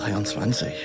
23